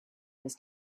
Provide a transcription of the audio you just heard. this